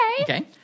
Okay